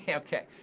yeah okay.